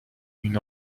une